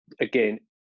again